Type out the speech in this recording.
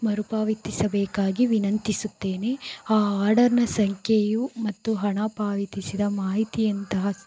ಮರುಪಾವತಿಸಬೇಕಾಗಿ ವಿನಂತಿಸುತ್ತೇನೆ ಆ ಆರ್ಡರ್ನ ಸಂಖ್ಯೆಯು ಮತ್ತು ಹಣ ಪಾವತಿಸಿದ ಮಾಹಿತಿಯಂತ